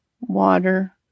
water